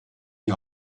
die